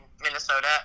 Minnesota